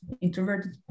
introverted